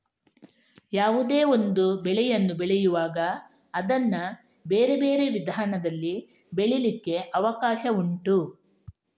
ಯಾವುದೇ ಒಂದು ಬೆಳೆಯನ್ನು ಬೆಳೆಯುವಾಗ ಅದನ್ನ ಬೇರೆ ಬೇರೆ ವಿಧಾನದಲ್ಲಿ ಬೆಳೀಲಿಕ್ಕೆ ಅವಕಾಶ ಉಂಟು